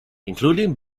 including